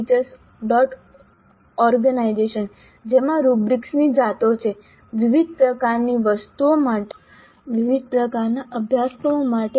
org જેમાં રુબ્રીક્સની જાતો છે વિવિધ પ્રકારની વસ્તુઓ માટે વિવિધ પ્રકારના અભ્યાસક્રમો માટે